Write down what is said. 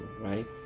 right